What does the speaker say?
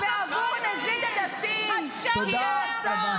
-- בעבור נזיד עדשים ------ ואנחנו,